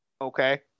okay